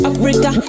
Africa